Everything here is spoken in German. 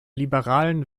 liberalen